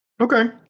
Okay